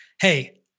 hey